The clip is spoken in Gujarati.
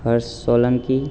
હર્ષ સોલંકી